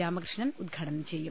രാമകൃഷ്ണൻ ഉദ്ഘാടനം ചെയ്യും